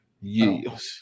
Yes